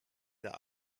der